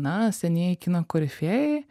na senieji kino korifėjai